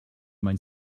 mein